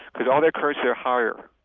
because all their currencies are higher.